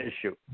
issue